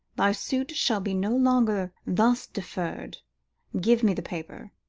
thy suit shall be no longer thus deferred give me the paper,